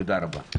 תודה רבה.